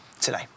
today